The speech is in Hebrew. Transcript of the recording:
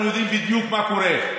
אנחנו יודעים בדיוק מה קורה,